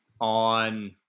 on –